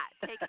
take